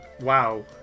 wow